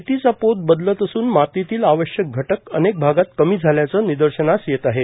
शेतीचा पोत बदलत असून मातीतील आवश्यक घटक अनेक भागात कमी झाल्याचे निदर्शनास येत आहे